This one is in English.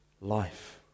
life